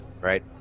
Right